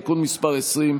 תיקון מס' 20)